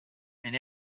and